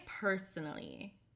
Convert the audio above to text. personally